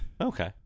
okay